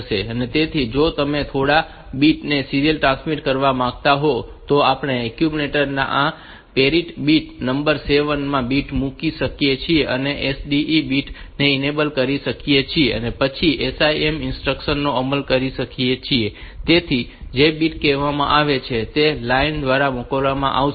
તેથી જો તમે થોડા બીટ ને સીરીયલ ટ્રાન્સમિટ કરવા માંગો તો આપણે એક્યુમ્યુલેટર ના આ પેરિટી બીટ નંબર 7 માં બીટ મૂકી શકીએ છીએ અને આ SDE બીટ ને ઇનેબલ કરી શકીએ છીએ અને પછી SIM ઇન્સ્ટ્રક્શન્સ નો અમલ કરી શકીએ છીએ તેથી જે બીટ કહેવામાં આવે છે તે આ લાઇન દ્વારા મોકલવામાં આવે છે